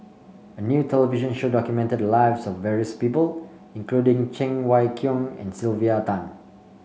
a new television show documented the lives of various people including Cheng Wai Keung and Sylvia Tan